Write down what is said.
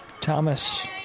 Thomas